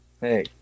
Hey